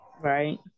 Right